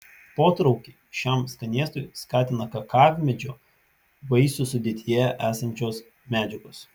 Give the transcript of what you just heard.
potraukį šiam skanėstui skatina kakavmedžio vaisių sudėtyje esančios medžiagos